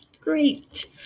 Great